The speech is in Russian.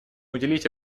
уделить